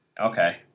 Okay